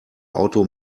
auto